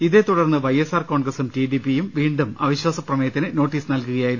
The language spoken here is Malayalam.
ഇതേ തുടർന്ന് വൈ എസ് ആർ കോൺ ഗ്രസും ടി ഡി പിയും വീണ്ടും അവിശ്വാസപ്രമേ യത്തിന് നോട്ടീസ് നൽകുകയായിരുന്നു